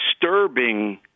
disturbing